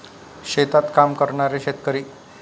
शेतात काम करणारे शेतकरी